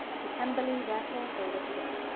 to pemberley, therefore, they were to go.